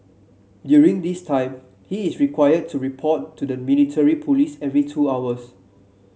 during this time he is required to report to the military police every two hours